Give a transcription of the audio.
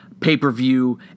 pay-per-view